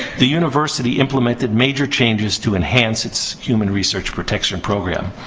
the university implemented major changes to enhance its human research protection program.